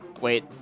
Wait